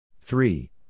three